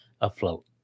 afloat